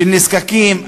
של נזקקים,